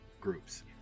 groups